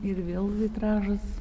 ir vėl vitražas